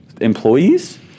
employees